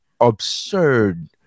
absurd